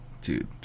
dude